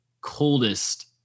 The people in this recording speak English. coldest